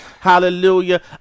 hallelujah